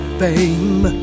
fame